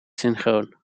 synchroon